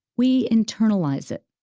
we internalize it.